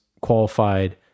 Qualified